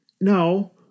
no